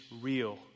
real